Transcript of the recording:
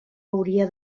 hauria